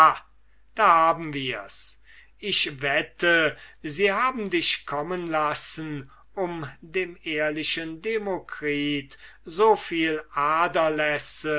da haben wirs ich wette alles in der welt sie haben dich kommen lassen um dem ehrlichen demokritus so viel